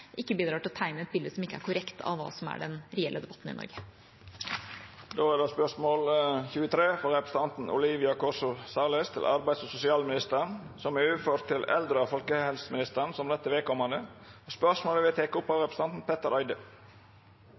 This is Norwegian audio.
ikke bidrar til å tegne et bilde som ikke er korrekt av hva som er den reelle debatten i Norge. Dette spørsmålet, frå representanten Olivia Corso Salles til arbeids- og sosialministeren, vil verta svara på av eldre- og folkehelseministeren som rette vedkomande. Spørsmålet vert teke opp av representanten Petter Eide.